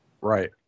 Right